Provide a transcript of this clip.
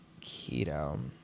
Keto